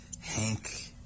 Hank